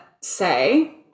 say